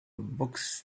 books